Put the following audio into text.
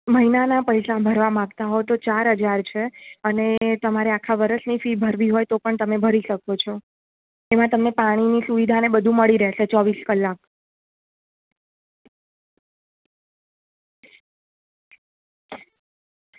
મહિનાના પૈસા ભરવા માંગતા હો તો ચાર હજાર છે અને તમારે આખા વર્ષની ફી ભરવી હોય તો પણ તમે ભરી શકો છો એમાં તમે પાણીની સુવિધા ને બધું મળી રહેશે ચોવીસ કલાક